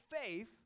faith